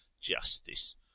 Justice